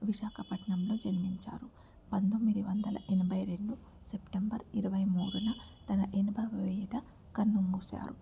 విశాఖపట్నంలో జన్మించారు పంతొమ్మిది వందల ఎనభై రెండు సెప్టెంబర్ ఇరవై మూడున తన ఎనభై ఏటా కన్నుమూశారు